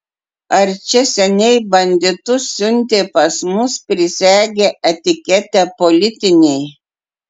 ar čia seniai banditus siuntė pas mus prisegę etiketę politiniai